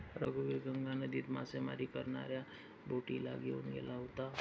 रघुवीर गंगा नदीत मासेमारी करणाऱ्या बोटीला घेऊन गेला होता